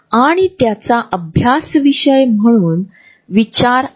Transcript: आपल्याला पडद्यामागील प्रवास मागे कसा आवडतो